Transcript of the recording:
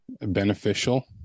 beneficial